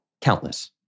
countless